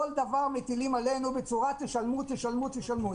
כל דבר מטילים עלינו: תשלמו, תשלמו.